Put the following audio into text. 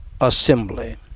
assembly